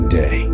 day